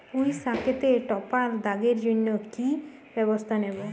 পুই শাকেতে টপা দাগের জন্য কি ব্যবস্থা নেব?